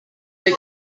big